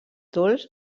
dolç